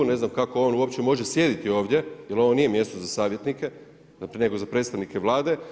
Ne znam kako on uopće može sjediti ovdje, jer ovo nije mjesto za savjetnike, nego za predstavnike Vlade.